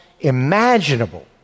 imaginable